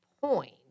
point